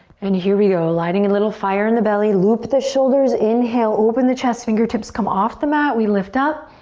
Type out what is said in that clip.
and here we go, lighting a little fire in the belly. loop the shoulders, inhale, open the chest, fingertips come off the mat, we lift up.